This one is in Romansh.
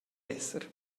esser